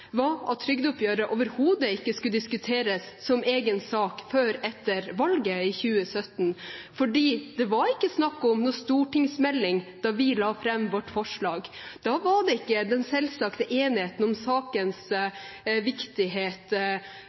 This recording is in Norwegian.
var at trygdeoppgjøret overhodet ikke skulle diskuteres som egen sak før etter valget i 2017, for det var ikke snakk om noen stortingsmelding da vi la fram vårt forslag. Da var det ingen selvsagt enighet om sakens viktighet